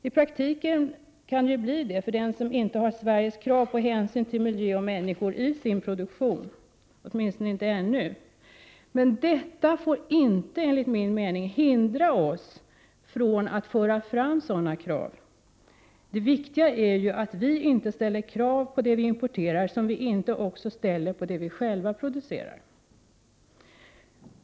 I praktiken kan det ju bli så, i vart fall för den som inte har, åtminstone inte ännu, samma krav som Sverige har på hänsyn till miljö och människor i produktionen. Detta får dock enligt min mening inte hindra oss från att föra fram sådana krav. Det viktiga är ju att vi inte ställer krav på det vi importerar som vi inte ställer på det vi själva producerar.